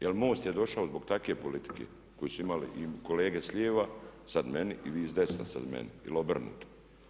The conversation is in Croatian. Jer MOST je došao zbog takve politike koju su imali i kolege s lijeva, sada meni i vi sa desne sada meni ili obrnuto.